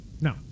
No